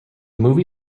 movie